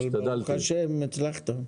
אבל, ברוך השם, הצלחת.